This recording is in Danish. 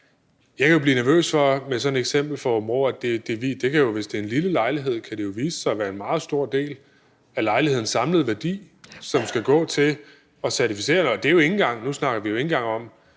Jeg kan jo blive nervøs med sådan et eksempel fra Aabenraa. Hvis det er et lille lejlighed, kan det jo vise sig at være en meget stor del af lejlighedens samlede værdi, som skal gå til at certificere det, og nu snakker vi jo ikke engang om